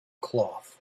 cloth